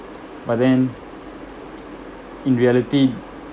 but then in reality